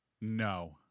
No